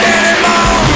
anymore